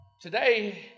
Today